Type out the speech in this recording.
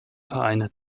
vereine